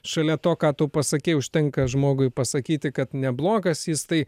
šalia to ką tu pasakei užtenka žmogui pasakyti kad neblogas jis tai